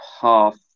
half